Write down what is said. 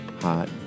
hot